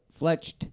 fletched